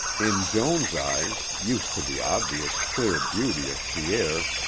in joan's eyes, used to the obvious, clear beauty of pierre,